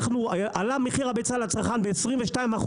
מחיר הביצה לצרכן עלה ב-22%.